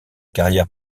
carrière